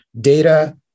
data